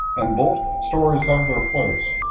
and bullshit stories have their place.